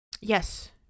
Yes